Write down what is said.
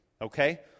Okay